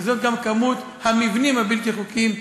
כי זאת גם כמות המבנים הבלתי-חוקיים,